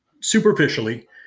superficially